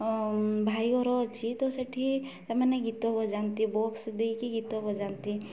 ଭାଇ ଘର ଅଛି ତ ସେଠି ସେମାନେ ଗୀତ ବଜାନ୍ତି ବକ୍ସ ଦେଇକି ଗୀତ ବଜାନ୍ତି